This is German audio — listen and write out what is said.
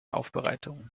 aufbereitung